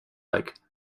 like